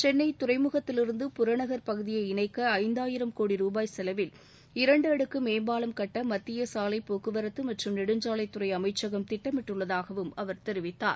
சென்னை துறைமுகத்திலிருந்து புறநகர் பகுதியை இணைக்க ஐந்தாயிரம் கோடி ரூபாய் செலவில் இரண்டு அடுக்கு மேம்பாலம் கட்ட மத்திய சாலைப் போக்குவரத்து மற்றும் நெடுஞ்சாலைத்துறை அமைச்சகம் திட்டமிட்டுள்ளதாகவும் அவர் தெரிவித்தார்